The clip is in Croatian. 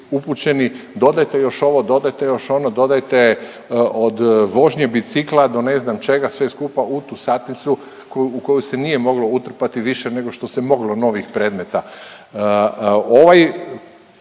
upućeni dodajte još ovo, dodajte još ono, dodajte od vožnje bicikla do ne znam čega sve skupa u tu satnicu u koju se nije moglo utrpati više nego što se moglo novih predmeta.